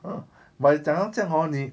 but 你讲到这样 hor 你